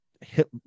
hit